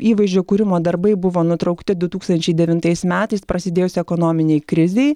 įvaizdžio kūrimo darbai buvo nutraukti du tūkstančiai devintais metais prasidėjus ekonominei krizei